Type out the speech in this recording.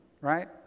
right